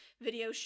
video